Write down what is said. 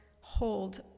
hold